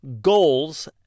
goals